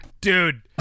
Dude